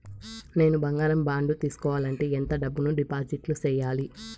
నేను బంగారం బాండు తీసుకోవాలంటే ఎంత డబ్బును డిపాజిట్లు సేయాలి?